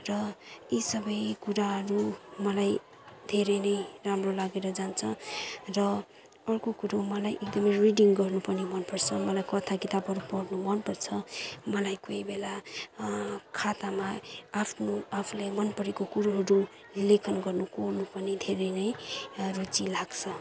र यी सबै कुराहरू मलाई धेरै नै राम्रो लागेर जान्छ र अर्को कुरो मलाई एकदमै रिडिङ गर्नु पनि मनपर्छ मलाई कथा किताबहरू पढ्नु मनपर्छ मलाई कोही बेला खातामा आफ्नो आफूलाई मनपरेको कुरोहरू लेखन गर्नु कोर्नु पनि धेरै नै रुचि लाग्छ